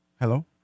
Hello